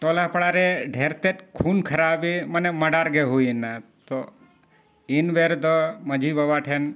ᱴᱚᱞᱟ ᱯᱟᱲᱟᱨᱮ ᱰᱷᱮᱨᱛᱮᱫ ᱠᱷᱩᱱ ᱠᱷᱟᱨᱟᱵᱤ ᱢᱟᱱᱮ ᱢᱟᱰᱟᱨ ᱜᱮ ᱦᱩᱭᱮᱱᱟ ᱛᱚ ᱤᱱᱵᱮᱨ ᱫᱚ ᱢᱟᱺᱡᱷᱤ ᱵᱟᱵᱟ ᱴᱷᱮᱱ